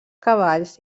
cavalls